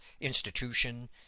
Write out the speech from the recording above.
institution